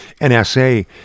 NSA